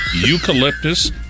eucalyptus